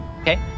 Okay